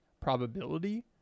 probability